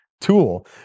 tool